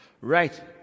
Right